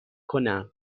کنم